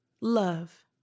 love